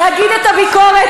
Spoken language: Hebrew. להגיד את הביקורת,